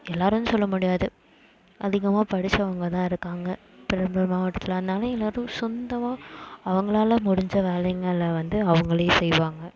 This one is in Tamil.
எல்லாரும்னு சொல்ல முடியாது அதிகமாக படிச்சவங்க தான் இருக்காங்க பெரம்பலூர் மாவட்டத்தில் அதனால் எல்லாரும் சொந்தமாக அவங்களால முடிஞ்ச வேலைங்களை வந்து அவங்களே செய்வாங்க